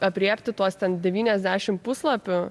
aprėpti tuos ten devyniasdešim puslapių